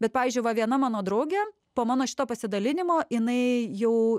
bet pavyzdžiui va viena mano draugė po mano šito pasidalinimo jinai jau